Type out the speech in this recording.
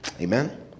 Amen